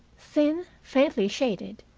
thin, faintly shaded,